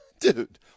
Dude